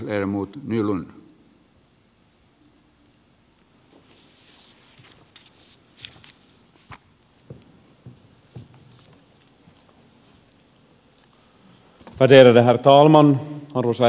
värderade herr talman arvoisa herra puhemies